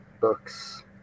books